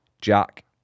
Jack